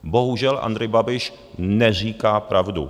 Bohužel, Andrej Babiš neříká pravdu.